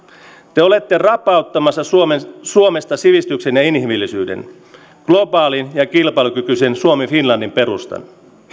te te olette rapauttamassa suomesta suomesta sivistyksen ja inhimillisyyden globaalin ja kilpailukykyisen suomi finlandin perustan